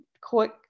quick